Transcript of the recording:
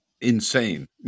Insane